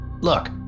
Look